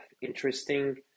interesting